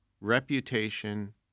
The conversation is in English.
reputation